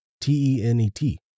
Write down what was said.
T-E-N-E-T